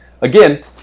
Again